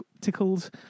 Tickled